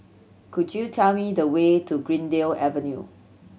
could you tell me the way to Greendale Avenue